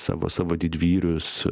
savo savo didvyrius